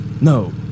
No